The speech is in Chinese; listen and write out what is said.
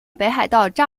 北海道